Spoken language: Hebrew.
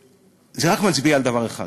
זה מצביע רק על דבר אחד,